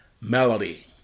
melody